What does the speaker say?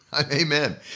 Amen